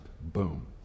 Boom